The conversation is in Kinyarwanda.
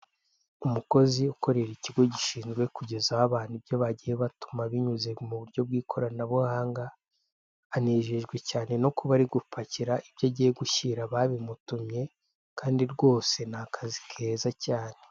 Umukozi ukorera ikigo gishinzwe kugezaho abantu ibyo bagiye batuma binyuze muburyo bw'ikoranabuhanga anejejwe cyane no kuba ari gupakira ibyo agiye gushyira ababimutumye Kandi rwose ni akazi keza cyane.